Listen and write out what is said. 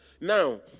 Now